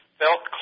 felt